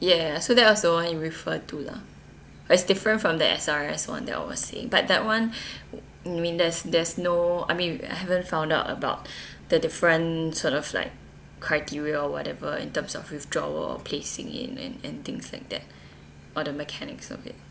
ya so that was the one you refer to lah ah it's different from the S_R_S one that one was same but that one mean there's there's no I mean haven't found out about the different sort of like criteria or whatever in terms of withdrawal or placing in and and things like that or the mechanics of it